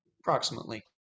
approximately